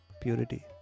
purity